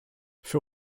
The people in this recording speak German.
für